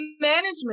management